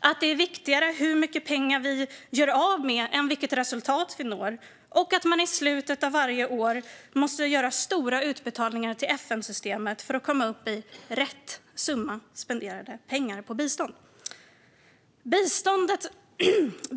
att det är viktigare hur mycket pengar vi gör av med än vilket resultat vi når och att man i slutet av varje år måste göra stora utbetalningar till FN-systemet för att komma upp i "rätt" summa pengar spenderade på bistånd.